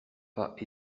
pas